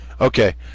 Okay